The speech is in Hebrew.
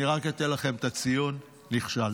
אני רק אתן לכם את הציון: נכשלתם.